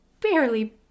barely